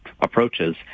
approaches